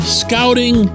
scouting